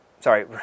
sorry